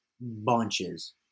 bunches